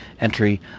entry